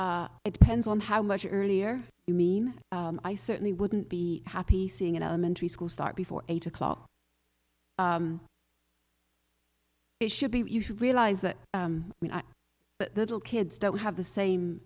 it depends on how much earlier you mean i certainly wouldn't be happy seeing an elementary school start before eight o'clock it should be you should realize that the little kids don't have the same